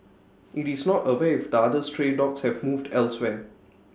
IT is not aware if the other stray dogs have moved elsewhere